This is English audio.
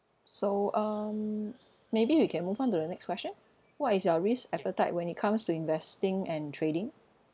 so um maybe we can move on to the next question what is your risk appetite when it comes to investing and trading